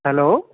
hello